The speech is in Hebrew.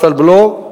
מס, בלו,